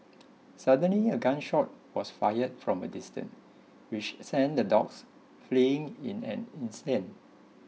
suddenly a gun shot was fired from a distance which sent the dogs fleeing in an instant